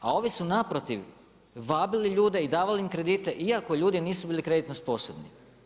A ovi su naprotiv vabili ljude i davali im kredite iako ljudi nisu bili kreditno sposobni.